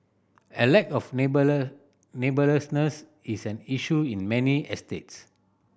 a lack of is an issue in many estates